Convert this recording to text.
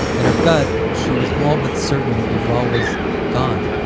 in her gut, she was all but certain that yuval was gone,